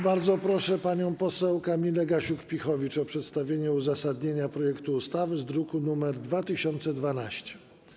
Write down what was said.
Bardzo proszę panią poseł Kamilę Gasiuk-Pihowicz o przedstawienie uzasadnienia projektu ustawy z druku nr 2012.